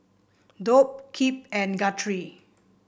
Dolph Kip and Guthrie